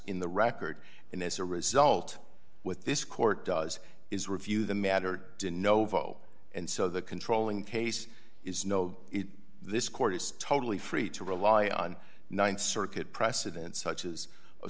in the record and as a result with this court does is review the matter novo and so the controlling case is no this court is totally free to rely on th circuit precedent such as